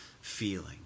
feeling